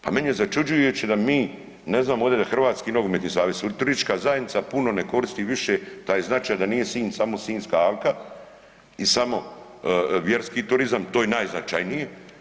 Pa meni je začuđujuće da mi ne znamo ovdje za Hrvatski nogometni savez, turistička zajednica puno ne koristi više taj značaj da nije Sinj samo Sinjska alka i samo vjerski turizam, to je najznačajnije.